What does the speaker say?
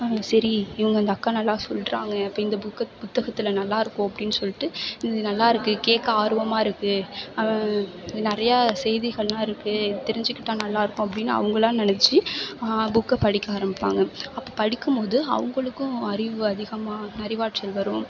சரி இவங்க அந்த அக்கா நல்லா சொல்கிறாங்க அப்போ இந்த புக்கை புத்தகத்தில் நல்லாயிருக்கும் அப்படின் சொல்லிட்டு இது நல்லாயிருக்கு கேட்க ஆர்வமாக இருக்குது இது நிறையா செய்திகளெல்லாம் இருக்குது இதை தெரிஞ்சுக்கிட்டா நல்லாயிருக்கும் அப்படின்னு அவங்களா நினச்சி புக்கை படிக்க ஆரம்பிப்பாங்க அப்போ படிக்கும் போது அவங்களுக்கும் அறிவு அதிகமாக அறிவாற்றல் வரும்